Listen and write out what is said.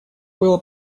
было